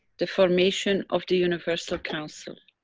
the formation of the universal council.